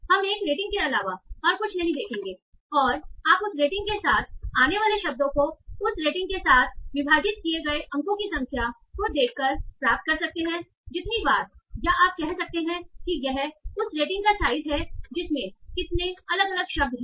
हम एक रेटिंग के अलावा और कुछ नहीं देखेंगे और आप उस रेटिंग के साथ आने वाले शब्दों को उस रेटिंग के साथ विभाजित किए गए अंकों की संख्या को देखकर प्राप्त कर सकते हैं जितनी बार या आप कह सकते हैं कि यह उस रेटिंग का साइज है जिसमें कितने अलग अलग शब्द हैं